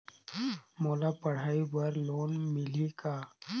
मोला पढ़ाई बर लोन मिलही का?